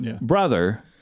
brother